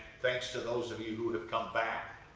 thanks to those of you who have come back.